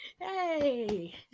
Hey